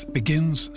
begins